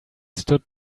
stood